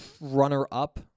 runner-up